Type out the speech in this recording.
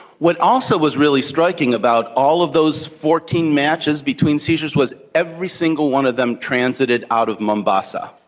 what also was really striking about all of those fourteen matches between seizures was every single one of them transited out of mombasa.